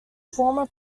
former